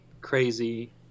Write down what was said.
crazy